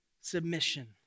submission